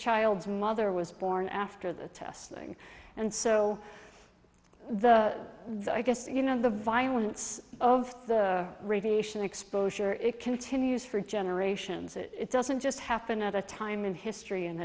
child's mother was born after the testing and so the i guess you know the violence of the radiation exposure it continues for generations it doesn't just happen at a time in history and